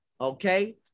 okay